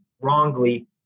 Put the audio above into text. wrongly